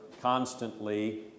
constantly